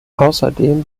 außerdem